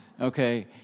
Okay